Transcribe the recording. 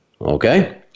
okay